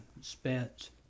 spent